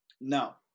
Now